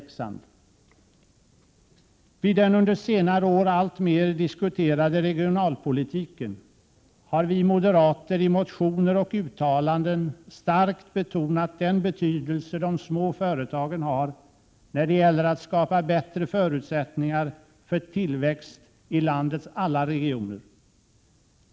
I samband med den under senare år alltmer diskuterade regionalpolitiken har vi moderater i motioner och uttalanden starkt betonat den betydelse de små företagen har när det gäller att skapa bättre förutsättningar för tillväxt i landets alla regioner.